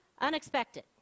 unexpected